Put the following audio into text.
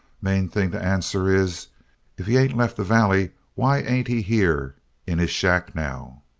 main thing to answer is if he ain't left the valley why ain't he here in his shack now?